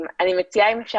אם אפשר,